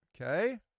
Okay